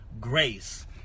grace